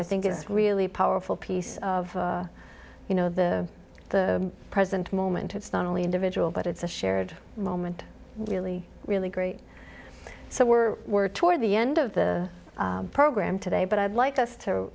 i think is really powerful piece of you know the the present moment it's not only individual but it's a shared moment really really great so we're we're toward the end of the program today but i'd like us to